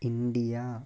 India